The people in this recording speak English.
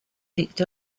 picked